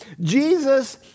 Jesus